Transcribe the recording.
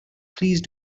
please